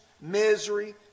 misery